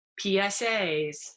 PSAs